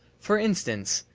for instance,